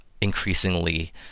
increasingly